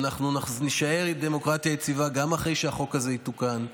ואנחנו נשאר עם דמוקרטיה יציבה גם אחרי שהחוק הזה יתוקן.